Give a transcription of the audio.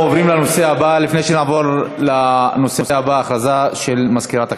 לפני שנעבור לנושא הבא, הכרזה של מזכירת הכנסת.